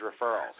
referrals